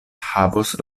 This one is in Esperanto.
havos